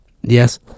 Yes